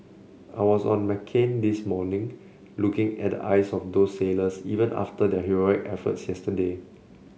I was on McCain this morning looking at eyes of those sailors even after their heroic efforts yesterday